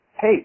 Hey